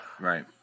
right